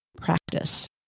practice